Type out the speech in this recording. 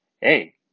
hey